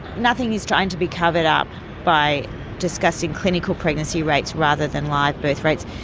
nothing is trying to be covered up by discussing clinical pregnancy rates rather than live birth rates.